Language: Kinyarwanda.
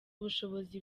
ubushobozi